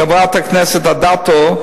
חברת הכנסת אדטו,